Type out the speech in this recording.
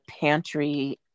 pantry